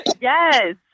Yes